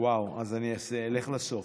וואו, אז אני אלך לסוף.